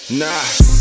nah